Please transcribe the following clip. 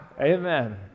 Amen